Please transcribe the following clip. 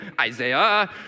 Isaiah